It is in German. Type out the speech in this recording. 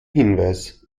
hinweis